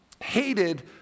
hated